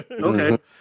Okay